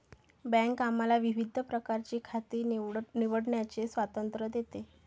bank आम्हाला विविध प्रकारची खाती निवडण्याचे स्वातंत्र्य देते